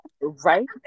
Right